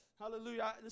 Hallelujah